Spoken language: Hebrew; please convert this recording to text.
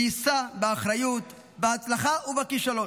ויישא באחריות להצלחה ולכישלון